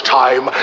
time